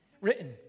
Written